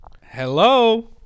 Hello